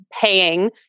paying